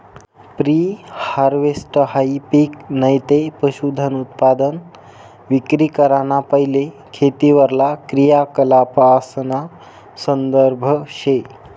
pre हारवेस्टहाई पिक नैते पशुधनउत्पादन विक्री कराना पैले खेतीवरला क्रियाकलापासना संदर्भ शे